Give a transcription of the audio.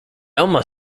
elma